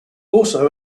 also